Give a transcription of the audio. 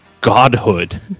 godhood